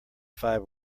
five